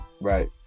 Right